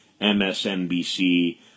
MSNBC